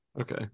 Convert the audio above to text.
Okay